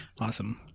Awesome